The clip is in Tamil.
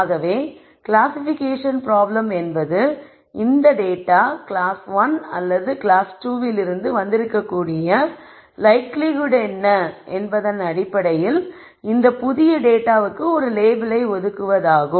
ஆகவே கிளாசிஃபிகேஷன் பிராப்ளம் என்பது இந்த டேட்டா கிளாஸ் 1 அல்லது கிளாஸ் 2 விலிருந்து வந்திருக்கக்கூடிய லைக்லிஹுட் என்ன என்பதன் அடிப்படையில் இந்த புதிய டேட்டாவுக்கு ஒரு லேபிளை ஒதுக்குவதாகும்